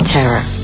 Terror